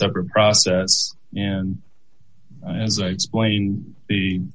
separate process and as i explained the